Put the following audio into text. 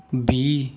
ਵੀਹ